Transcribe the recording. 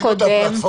הכין את הפלטפורמה,